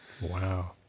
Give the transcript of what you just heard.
Wow